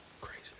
Crazy